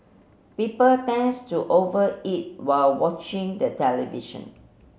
people tends to over eat while watching the television